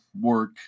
work